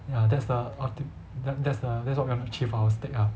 ya that's the ult~ that's the that's what we want to achieve for our steak ah